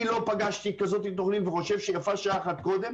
אני לא פגשתי כזאת תוכנית וחושב שיפה שעה אחת קודם